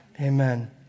Amen